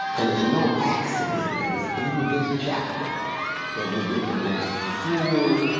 and it's no accident that it's in this chapter that we get the most full,